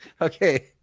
Okay